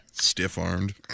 Stiff-armed